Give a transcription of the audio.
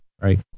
Right